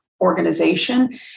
organization